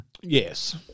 yes